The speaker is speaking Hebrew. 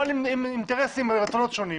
אבל עם אינטרסים ורצונות שונים.